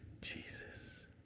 Jesus